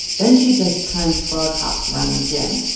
then she does timed frog hops around the gym,